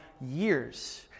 years